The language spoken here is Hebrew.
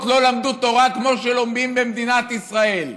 לא למדו תורה כמו שלומדים במדינת ישראל,